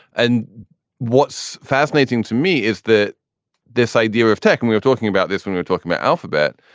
and what's fascinating to me is that this idea of tech and we are talking about this when we're talking about alphabet,